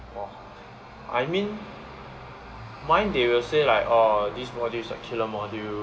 !wah! I mean mine they will say like orh these modules are killer modules